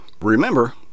Remember